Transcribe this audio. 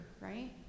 right